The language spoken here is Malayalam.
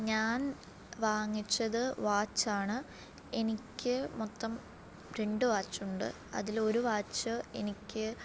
ഞാൻ വാങ്ങിച്ചത് വാച്ച് ആണ് എനിക്ക് മൊത്തം രണ്ട് വാച്ചുണ്ട് അതിലൊരു വാച്ച് എനിക്ക്